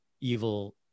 evil